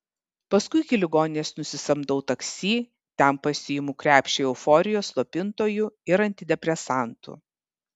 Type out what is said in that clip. paskui iki ligoninės nusisamdau taksi ten pasiimu krepšį euforijos slopintojų ir antidepresantų